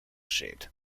shaped